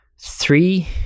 three